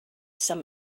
some